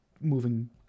moving